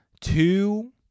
two